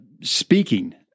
speaking